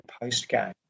post-game